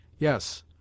yes